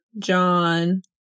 John